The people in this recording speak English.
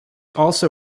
also